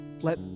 let